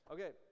Okay